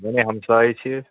وَنے ہمساے چھِ